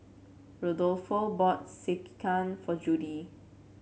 Rodolfo bought Sekihan for Judi